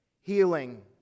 Healing